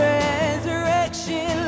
resurrection